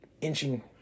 inching